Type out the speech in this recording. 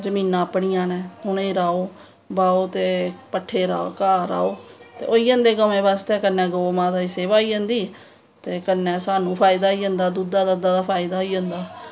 जमीनां अपनियां नै उनेंगी राहो बाहो ते पट्ठे राहो घाह् रहाओ होई जंदे गौ बास्तै कन्नैं गौ माता दी सेवा होई जंदी ते कन्नैं साह्नू फायदा होई जंदा दुध्दा दध्दा दा फायदा होई जंदा